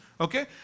Okay